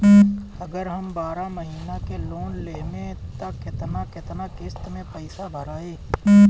अगर हम बारह महिना के लोन लेहेम त केतना केतना किस्त मे पैसा भराई?